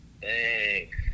Thanks